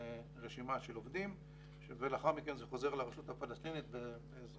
רשימה של עובדים ולאחר מכן זה חוזר לרשות הפלסטינית באמצעות